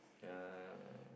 uh